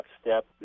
Step